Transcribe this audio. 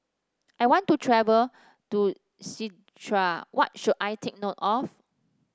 I want to travel to Czechia what should I take note of